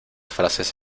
frases